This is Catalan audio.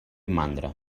mandra